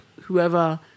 whoever